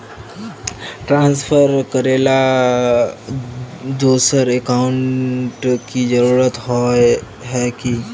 Transfer करेला दोसर account की जरुरत होय है की?